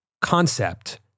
concept